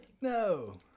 No